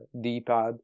D-pad